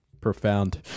Profound